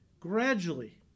gradually